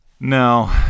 No